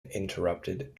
interrupted